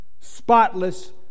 spotless